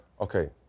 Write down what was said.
Okay